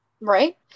Right